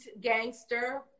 gangster